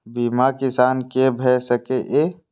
बीमा किसान कै भ सके ये?